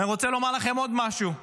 ואני רוצה לומר לכם עוד משהו: